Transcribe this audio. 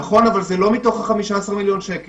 נכון, אבל הם לא נגזרים מתוך ה-15 מיליון שקלים.